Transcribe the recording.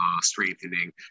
strengthening